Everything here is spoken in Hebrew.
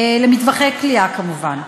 למטווחי קליעה, כמובן.